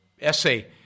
essay